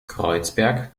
kreuzberg